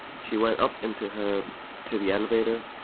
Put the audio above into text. she went up into her to the elevator.